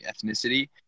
ethnicity